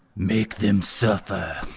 make them suffer,